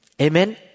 Amen